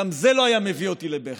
גם זה לא היה מביא אותי לבכי,